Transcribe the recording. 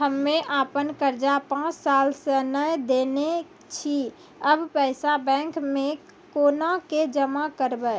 हम्मे आपन कर्जा पांच साल से न देने छी अब पैसा बैंक मे कोना के जमा करबै?